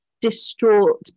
distraught